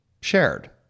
shared